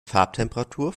farbtemperatur